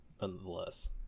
nonetheless